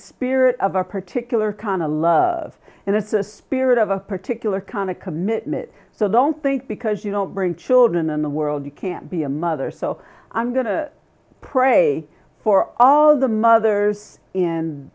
spirit of a particular khana love and it's a spirit of a particular kind of commitment so don't think because you don't bring children in the world you can't be a mother so i'm going to pray for all the mothers in